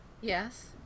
Yes